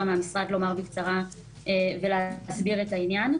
מהמשרד לומר בקצרה ולהסביר את העניין.